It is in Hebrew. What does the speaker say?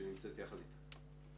שנמצאת יחד איתה.